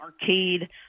arcade